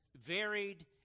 varied